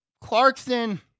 Clarkson